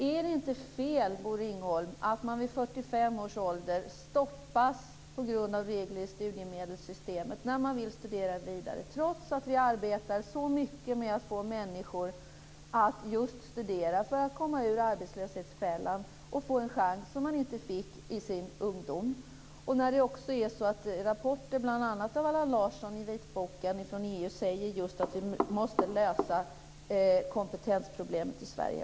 Är det inte fel, Bo Ringholm, att man vid 45 års ålder stoppas på grund av regler i studiemedelsystemet när man vill studera vidare? Man stoppas trots att vi arbetar så mycket med att få människor att studera för att komma ur arbetslöshetsfällan och få en chans som man inte fick i sin ungdom. Dessutom finns det rapporter, bl.a. av Allan Larsson i en vitbok från EU, som säger att vi måste lösa kompetensproblemet i Sverige.